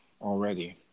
already